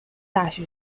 大学